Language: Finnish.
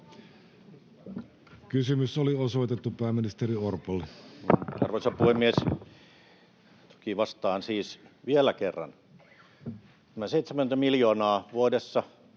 Kysymys oli osoitettu pääministeri Orpolle. Arvoisa puhemies! Toki vastaan. — Siis vielä kerran: Tämä 70 miljoonaa vuodessa